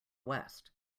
west